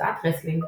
הוצאת רסלינג,